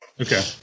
Okay